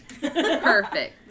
Perfect